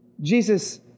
Jesus